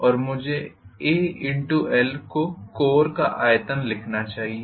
और मुझे Al को कोर का आयतन लिखना चाहिए